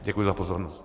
Děkuji za pozornost.